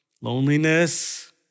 loneliness